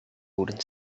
wooden